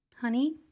honey